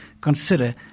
consider